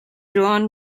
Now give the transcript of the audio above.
john